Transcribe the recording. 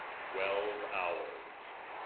twelve hours